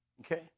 Okay